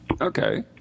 Okay